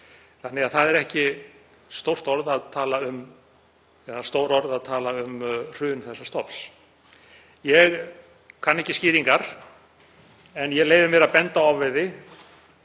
Þannig að það eru ekki stór orð að tala um hrun þessa stofns. Ég kann ekki skýringar á því en ég leyfi mér að benda á ofveiði.